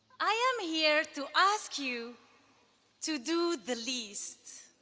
i am here to ask you to do the least.